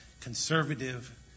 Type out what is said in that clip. conservative